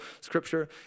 scripture